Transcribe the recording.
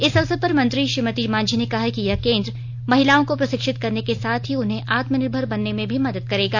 इस अवसर पर मंत्री श्रीमती मांझी ने कहा यह केंद्र महिलाओं को प्रशिक्षित करने के साथ ही उन्हें आत्मनिर्भर बनने में भी मदद करेगा